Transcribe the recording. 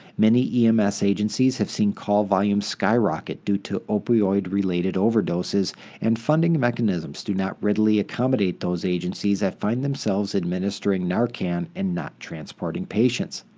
many ems agencies have seen call volumes skyrocket due to opioid-related overdoses and funding mechanisms do not readily accommodate those agencies that find themselves administering narcan and not transporting patients.